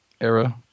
era